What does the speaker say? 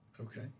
Okay